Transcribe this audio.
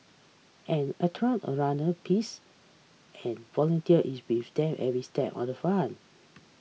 an of runner pace and volunteer is with them every step of the